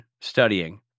studying